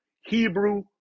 Hebrew